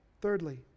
Thirdly